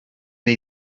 neu